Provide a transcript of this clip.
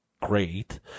great